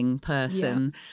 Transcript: Person